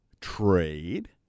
Trade